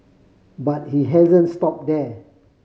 but he hasn't stop there